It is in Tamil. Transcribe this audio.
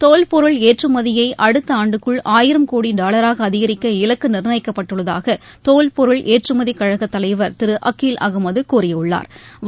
தோல்பொருள் ஏற்றுமதியை அடுத்த ஆண்டுக்குள் ஆயிரம் கோடி டாலராக அதிகரிக்க இலக்கு நிர்ணயிக்கப்பட்டுள்ளதாக தோல்பொருள் ஏற்றுமதிக் கழகத் தலைவா் திரு அகீல் அகமது கூறியுள்ளாா்